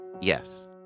Yes